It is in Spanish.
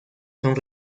son